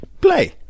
Play